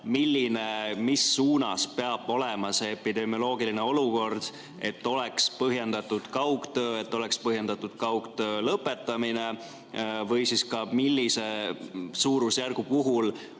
öelda, mis suunas peab muutuma see epidemioloogiline olukord, et oleks põhjendatud kaugtöö, et oleks põhjendatud kaugtöö lõpetamine või siis ka millise suurusjärgu puhul